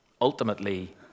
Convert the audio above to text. ultimately